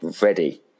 ready